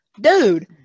Dude